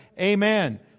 amen